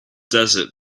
desert